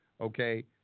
okay